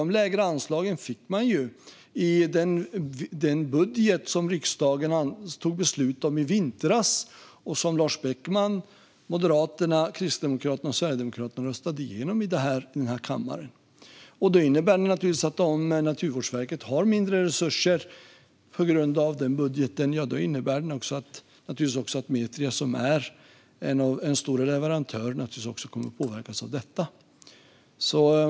De lägre anslagen fick man i den budget som riksdagen tog beslut om i vintras och som Lars Beckman, övriga Moderaterna, Kristdemokraterna och Sverigedemokraterna röstade igenom i den här kammaren. Att Naturvårdsverket har mindre resurser på grund av den budgeten kommer naturligtvis också att påverka Metria som en stor leverantör.